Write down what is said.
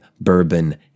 Bourbon